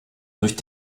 durch